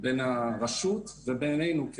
בין הרשות ובינינו,